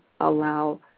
allow